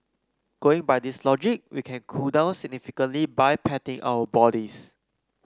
going by this logic we can cool down significantly by patting our bodies